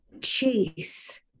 chase